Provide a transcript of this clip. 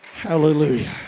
Hallelujah